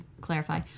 clarify